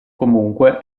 comunque